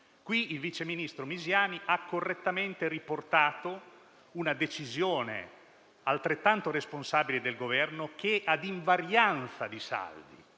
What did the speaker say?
Qui il vice ministro Misiani ha correttamente riportato una decisione altrettanto responsabile del Governo, assunta ad invarianza di saldi,